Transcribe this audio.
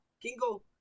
kingo